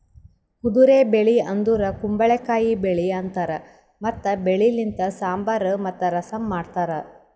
ಕುದುರೆ ಬೆಳಿ ಅಂದುರ್ ಕುಂಬಳಕಾಯಿ ಬೆಳಿ ಅಂತಾರ್ ಮತ್ತ ಬೆಳಿ ಲಿಂತ್ ಸಾಂಬಾರ್ ಮತ್ತ ರಸಂ ಮಾಡ್ತಾರ್